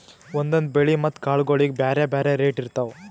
ಒಂದೊಂದ್ ಬೆಳಿ ಮತ್ತ್ ಕಾಳ್ಗೋಳಿಗ್ ಬ್ಯಾರೆ ಬ್ಯಾರೆ ರೇಟ್ ಇರ್ತವ್